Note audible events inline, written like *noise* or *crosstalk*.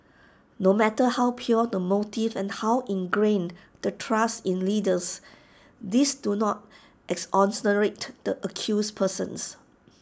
no matter how pure the motives and how ingrained the trust in leaders these do not *unintelligible* the accused persons